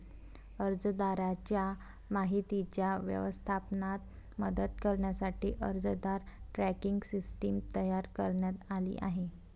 अर्जदाराच्या माहितीच्या व्यवस्थापनात मदत करण्यासाठी अर्जदार ट्रॅकिंग सिस्टीम तयार करण्यात आली आहे